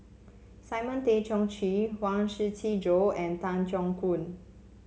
Simon Tay Seong Chee Huang Shiqi Joan and Tan Keong Choon